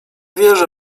wierzę